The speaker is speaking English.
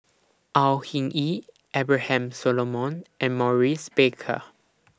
Au Hing Yee Abraham Solomon and Maurice Baker